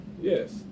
Yes